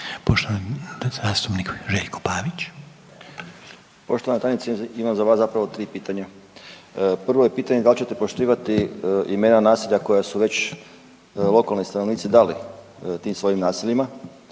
Pavić. **Pavić, Željko (SDP)** Poštovana tajnice, imam za vas zapravo 3 pitanja. Prvo je pitanje da li ćete poštivati imena naselja koja su već lokalni stanovnici dali tim svojim naseljima